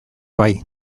bai